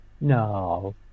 No